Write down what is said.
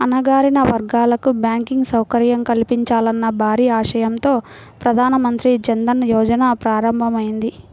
అణగారిన వర్గాలకు బ్యాంకింగ్ సౌకర్యం కల్పించాలన్న భారీ ఆశయంతో ప్రధాన మంత్రి జన్ ధన్ యోజన ప్రారంభమైంది